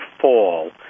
fall